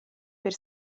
per